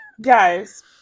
Guys